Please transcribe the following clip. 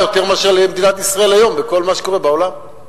רבה יותר מאשר למדינת ישראל היום בכל מה שקורה בעולם.